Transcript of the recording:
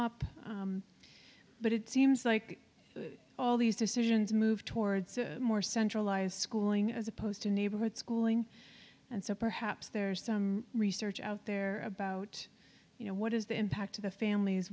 up but it seems like all these decisions move towards more centralized schooling as opposed to neighborhood schooling and so perhaps there's some research out there about you know what is the impact to the famil